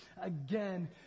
again